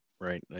right